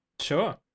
Sure